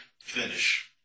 finish